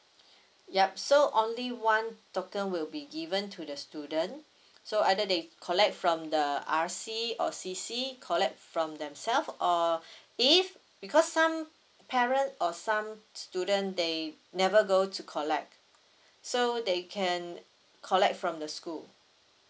yup so only one token will be given to the student so either they collect from the R_C or C_C collect from themself err if because some parent or some student they never go to collect so they can collect from the school